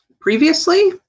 previously